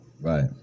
right